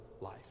life